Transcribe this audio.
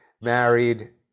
married